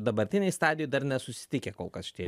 dabartinėj stadijoj dar nesusitikę kol kas šitie